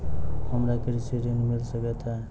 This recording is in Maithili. हमरा कृषि ऋण मिल सकै है?